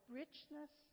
richness